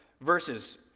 Verses